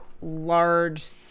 large